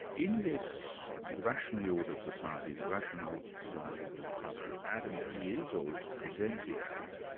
in this rationally ordered society, the rationally ordered society of the republic, adam is, or is presented as,